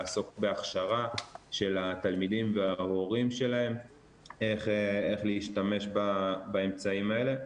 לעסוק בהכשרה של התלמידים וההורים שלהם איך להשתמש באמצעים האלה,